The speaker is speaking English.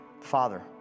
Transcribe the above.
Father